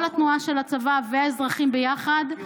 כל התנועה של הצבא והאזרחים ביחד,